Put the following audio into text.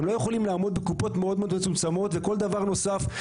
הם לא יכולים לעמוד בקופות מאוד מצומצמות וכל דבר נוסף,